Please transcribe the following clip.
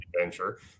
adventure